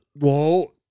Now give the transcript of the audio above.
Whoa